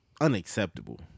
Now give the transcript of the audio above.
Unacceptable